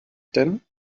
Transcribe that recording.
denn